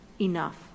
enough